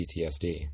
PTSD